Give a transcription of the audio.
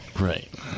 Right